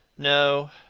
no,